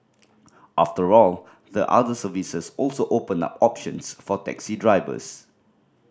after all the other services also open up options for taxi drivers